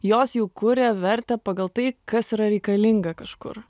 jos jau kuria vertę pagal tai kas yra reikalinga kažkur